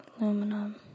Aluminum